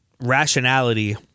rationality